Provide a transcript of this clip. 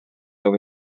over